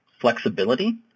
flexibility